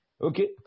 Okay